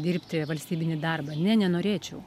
dirbti valstybinį darbą ne nenorėčiau